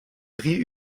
drie